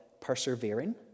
persevering